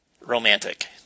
romantic